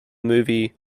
movie